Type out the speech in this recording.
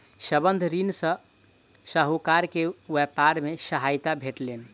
संबंद्ध ऋण सॅ साहूकार के व्यापार मे सहायता भेटलैन